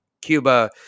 Cuba